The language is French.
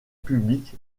publique